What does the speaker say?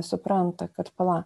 supranta kad pala